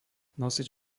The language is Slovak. nosič